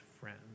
friend